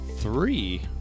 three